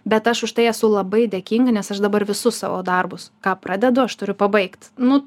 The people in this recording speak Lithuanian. bet aš už tai esu labai dėkinga nes aš dabar visus savo darbus ką pradedu aš turiu pabaigt nu